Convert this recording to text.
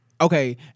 okay